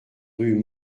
rue